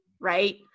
right